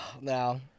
now